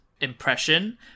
impression